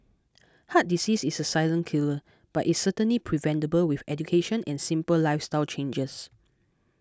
heart disease is a silent killer but is certainly preventable with education and simple lifestyle changes